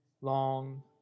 Long